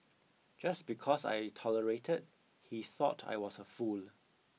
just because I tolerated he thought I was a fool